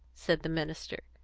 said the minister.